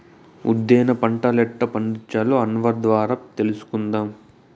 ఉద్దేన పంటలెట్టా పండించాలో అన్వర్ ద్వారా తెలుసుకుందాం